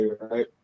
right